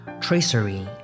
Tracery